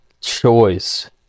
choice